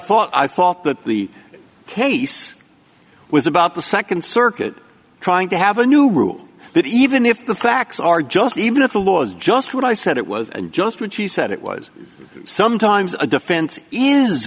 thought i thought that the case was about the nd circuit trying to have a new rule that even if the facts are just even if the law is just what i said it was just when she said it was sometimes a defense